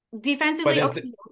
Defensively –